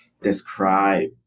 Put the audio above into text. describe